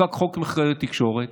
חוקק חוק נתוני תקשורת,